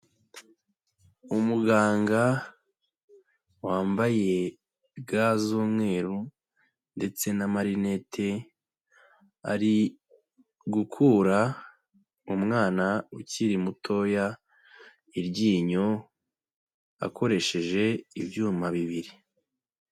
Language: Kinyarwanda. Umuganga wambaye ga z'umweru ndetse n'amarinete, ari gukura umwana ukiri mutoya iryinyo akoresheje ibyuma bibiri.